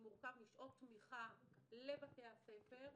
שמורכב משעות תמיכה לבתי הספר,